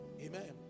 Amen